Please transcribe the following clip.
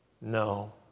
No